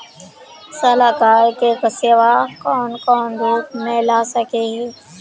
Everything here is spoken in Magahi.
सलाहकार के सेवा कौन कौन रूप में ला सके हिये?